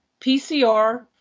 PCR